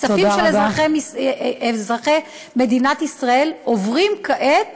הכספים של אזרחי מדינת ישראל, עוברים כעת